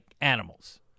animals